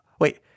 wait